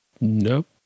Nope